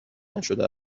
نشده